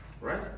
Right